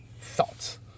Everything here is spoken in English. thoughts